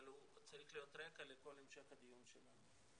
אבל הוא צריך להיות רקע לכל המשך הדיון שלנו.